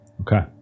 Okay